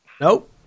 Nope